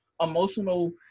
emotional